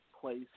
place